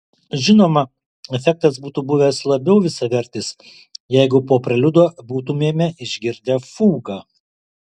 žinoma efektas būtų buvęs labiau visavertis jeigu po preliudo būtumėme išgirdę fugą